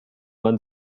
man